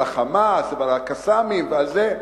על ה"חמאס" ועל ה"קסאמים" ועל זה,